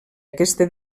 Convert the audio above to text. aquesta